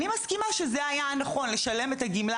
אני מסכימה שהיה נכון לשלם את הגמלה